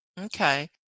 Okay